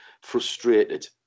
frustrated